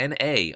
NA